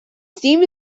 seam